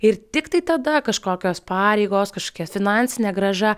ir tiktai tada kažkokios pareigos kažkokia finansinė grąža